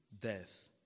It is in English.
death